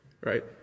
right